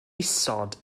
isod